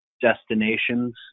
destinations